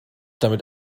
damit